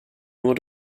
nur